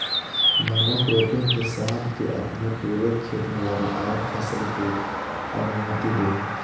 monocropping किसान के अपने पूरे खेत में लगातार फसल के अनुमति दे हइ